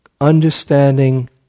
Understanding